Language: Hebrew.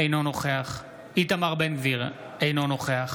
אינו נוכח איתמר בן גביר, אינו נוכח